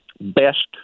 best